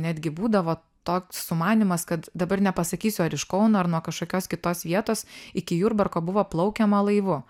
netgi būdavo toks sumanymas kad dabar nepasakysiu ar iš kauno ir nuo kažkokios kitos vietos iki jurbarko buvo plaukiama laivu